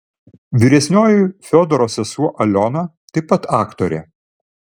vyresnioji fiodoro sesuo aliona taip pat aktorė